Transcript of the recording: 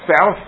south